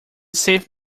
safe